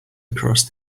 across